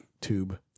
tube